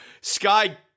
Sky